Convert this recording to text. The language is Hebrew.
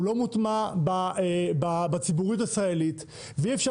הוא לא מוטמע בציבוריות הישראלית ואי אפשר